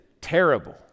terrible